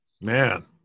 Man